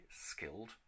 skilled